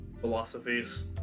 philosophies